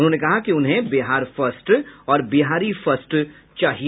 उन्होंने कहा कि उन्हें बिहार फर्स्ट और बिहारी फर्स्ट चाहिए